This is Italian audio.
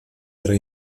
era